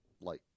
light